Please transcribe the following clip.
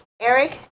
Eric